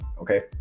Okay